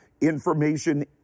information